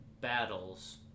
battles